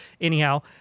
Anyhow